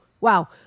wow